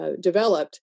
developed